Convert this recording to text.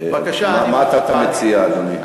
מה אתה מציע, אדוני?